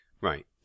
Right